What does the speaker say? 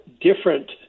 different